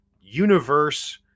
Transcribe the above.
universe